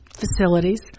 Facilities